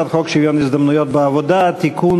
הצעת חוק שוויון ההזדמנויות בעבודה (תיקון,